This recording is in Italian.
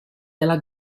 della